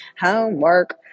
Homework